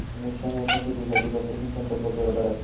मिर्षागेंच्या शेतीखाती कसली सिंचन पध्दत बरोबर आसा?